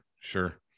sure